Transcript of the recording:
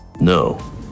No